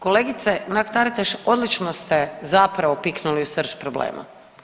Kolegice Mrak-Taritaš, odlično ste zapravo piknuli u srž problema.